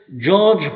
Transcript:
George